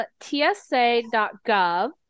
TSA.gov